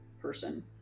person